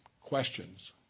Questions